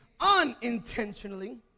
unintentionally